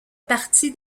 parti